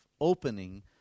opening